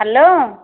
hello